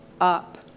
up